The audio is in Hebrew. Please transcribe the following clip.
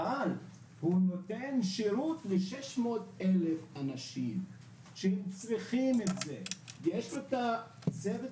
אבל הוא נותן שירות ל-600,000 אנשים שהם צריכים את זה ויש לו את צוות